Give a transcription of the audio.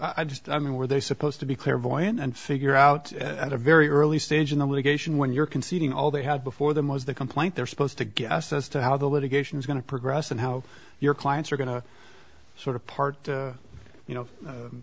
i just i mean were they supposed to be clairvoyant and figure out at a very early stage in the litigation when you're conceding all they had before the most the complaint they're supposed to guess as to how the litigation is going to progress and how your clients are going to sort of part you know